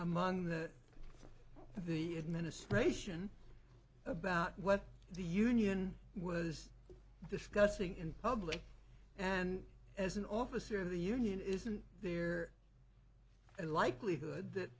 among that of the administration about what the union was discussing in public and as an officer of the union isn't there a likelihood that